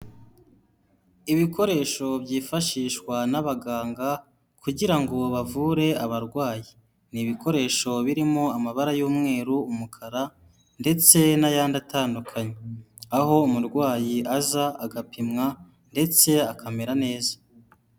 Ibikoresho byifashishwa n'abaganga kugira ngo bavure abarwayi. Ni ibikoresho birimo amabara y'umweru, umukara ndetse n'ayandi atandukanye, aho umurwayi aza agapimwa ndetse akamera neza.